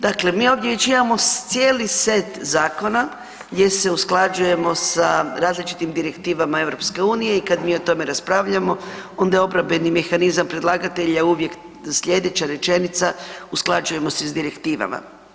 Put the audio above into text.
Dakle, mi već ovdje imamo cijeli set zakona gdje se usklađujemo sa različitim direktivama EU i kad mi o tome raspravljamo onda je obrambeni mehanizam predlagatelja uvijek sljedeća rečenica, usklađujemo se s direktivama.